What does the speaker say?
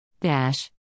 Dash